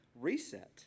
reset